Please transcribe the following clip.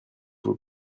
vous